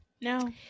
No